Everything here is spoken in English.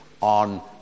on